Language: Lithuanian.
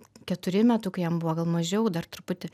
keturi metukai jam buvo gal mažiau dar truputį